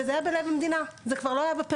וזה היה בלב המדינה, זה כבר לא היה בפריפריה.